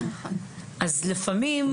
לפעמים,